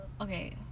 okay